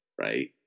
right